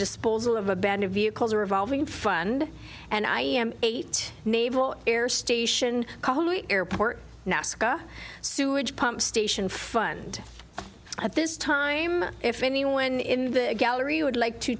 disposal of abandoned vehicles a revolving fund and i am eight naval air station called airport nasco sewage pump station fund at this time if anyone in the gallery would like to